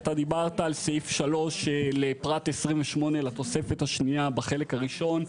אתה דיברת על סעיף 3 לפרט 28 לתוספת השנייה בחלק הראשון,